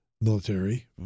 military